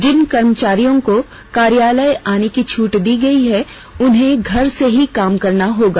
जिन कर्मचारियों को कार्यालय आने की छूट दी गई है उन्हें घर से ही काम करना होगा